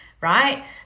right